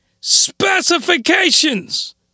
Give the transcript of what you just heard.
Specifications